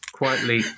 quietly